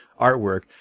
artwork